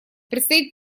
предстоит